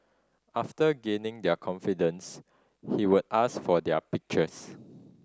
after gaining their confidence he would ask for their pictures